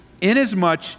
inasmuch